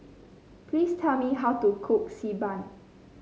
please tell me how to cook Xi Ban